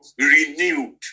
renewed